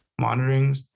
monitorings